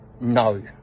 No